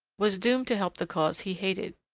was doomed to help the cause he hated.